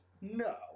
No